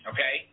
Okay